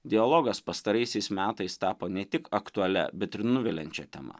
dialogas pastaraisiais metais tapo ne tik aktualia bet ir nuviliančia tema